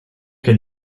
can